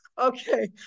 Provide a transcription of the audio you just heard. Okay